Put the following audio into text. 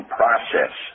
process